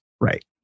Right